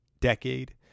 decade